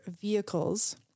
vehicles